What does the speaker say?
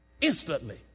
instantly